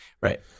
Right